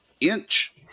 inch